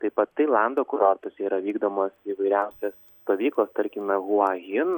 taip pat tailando kurortuose yra vykdomos įvairiausios stovyklos tarkime huahin